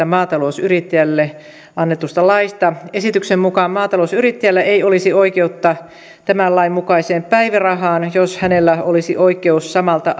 maatalousyrittäjälle annetusta laista esityksen mukaan maatalousyrittäjällä ei olisi oikeutta tämän lain mukaiseen päivärahaan jos hänellä olisi oikeus samalta